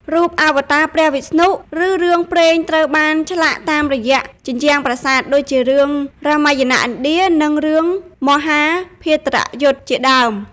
រូបអវតារព្រះវិស្ណុ ឬរឿងព្រេងត្រូវបានឆ្លាក់តាមរយៈជញ្ជាំងប្រាសាទ ដូចជារឿង រាមាយណៈឥណ្ឌា រឿង មហាភារតយុទ្ធ ជាដើម។។